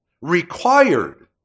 required